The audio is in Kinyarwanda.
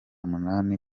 munani